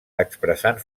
expressant